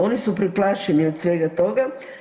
Oni su preplašeni od svega toga.